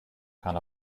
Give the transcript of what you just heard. kann